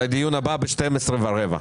והדיון הבא הוא בשעה 12:15,